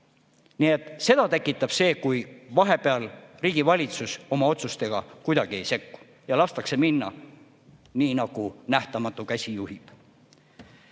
üldse. Seda tekitab see, kui riigi valitsus oma otsustega vahepeal kuidagi ei sekku ja lastakse minna nii, nagu nähtamatu käsi juhib.